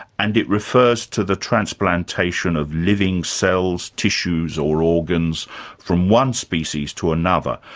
and it refers to the transplantation of living cells, tissues or organs from one species to another.